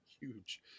huge